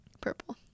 Purple